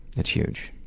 it's huge.